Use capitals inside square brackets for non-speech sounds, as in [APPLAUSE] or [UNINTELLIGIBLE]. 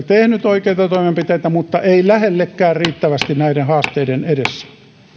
[UNINTELLIGIBLE] tehnyt oikeita toimenpiteitä mutta ei lähellekään riittävästi näiden haasteiden edessä